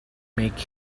make